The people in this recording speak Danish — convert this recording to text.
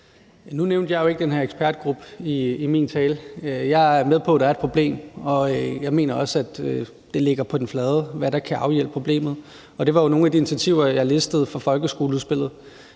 Nu nævnte jeg jo ikke den her ekspertgruppe i min tale. Jeg er med på, at der er et problem, og jeg mener også, at det ligger på den flade, hvad der kan afhjælpe problemet, og det er jo nogle af de initiativer, som jeg oplistede, fra folkeskoleudspillet.